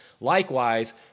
Likewise